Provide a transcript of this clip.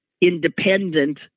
independent